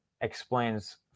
explains